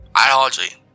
ideology